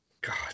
God